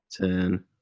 Ten